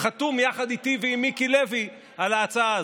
חתום יחד איתי ועם מיקי לוי על ההצעה הזאת.